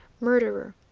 murderer,